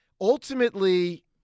ultimately